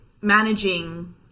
managing